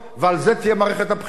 ועל זה תהיה מערכת הבחירות,